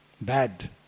Bad